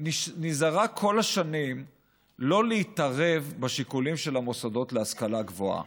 נזהרה כל השנים שלא להתערב בשיקולים של המוסדות להשכלה גבוהה.